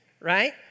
right